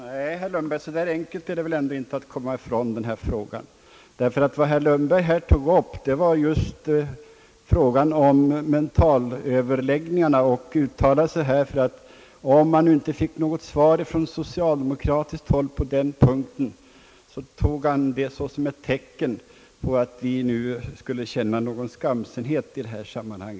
Herr talman! Nej, herr Lundberg, så enkelt är det inte att komma ifrån denna fråga. Vad herr Lundberg här tog upp var just frågan om mentalvårdsöverläggningarna. Han uttalade sig här på det sättet, att om han inte fick något svar från socialdemokratiskt håll på den punkten, så tog han det som ett tecken på att vi nu skulle känna skamsenhet i detta sammanhang.